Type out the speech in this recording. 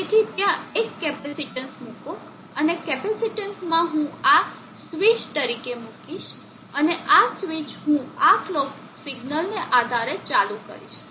તેથી ત્યાં એક કેપેસિટેન્સ મૂકો અને કેપેસિટીન્સમાં હું આ સ્વીચ તરીકે મૂકીશ અને આ સ્વિચ હું આ કલોક સિગ્નલને આધારે ચાલુ કરીશ